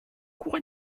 cour